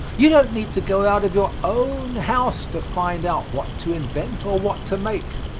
you don't need to go out of your own house to find out what to invent or what to make.